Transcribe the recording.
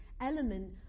element